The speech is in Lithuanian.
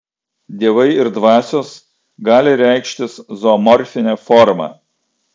dievai ir dvasios gali reikštis zoomorfine forma